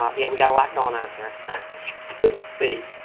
um yeah we got a lot going on here let's see